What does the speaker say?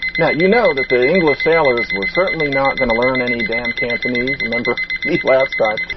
now, you know that the english sailors were certainly not going to learn any damn cantonese. remember me? gladstein.